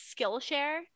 Skillshare